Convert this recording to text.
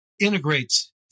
integrates